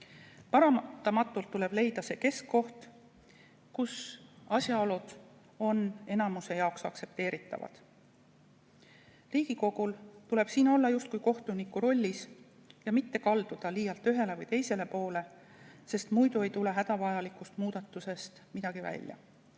Paratamatult tuleb leida see kesktee, kus asjaolud on enamiku jaoks aktsepteeritavad. Riigikogul tuleb siin olla justkui kohtuniku rollis ja mitte kalduda liialt ühele või teisele poole, sest muidu ei tule hädavajalikust muudatusest midagi välja.